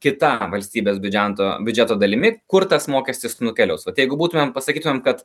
kita valstybės biudžento biudžeto dalimi kur tas mokestis nukeliaus vat jeigu būtumėm pasakytumėm kad